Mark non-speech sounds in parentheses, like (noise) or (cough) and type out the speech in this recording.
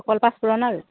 (unintelligible)